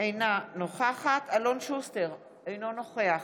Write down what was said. אינה נוכחת אלון שוסטר, אינו נוכח